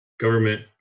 government